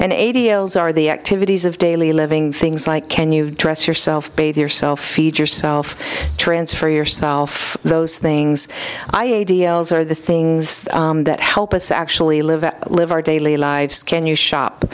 l's are the activities of daily living things like can you dress yourself bathe your self feed yourself transfer yourself those things deals are the things that help us actually live and live our daily lives can you shop